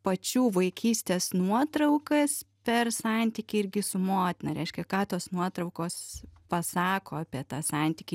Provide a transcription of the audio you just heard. pačių vaikystės nuotraukas per santykį irgi su motina reiškia ką tos nuotraukos pasako apie tą santykį